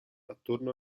attorno